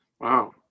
Wow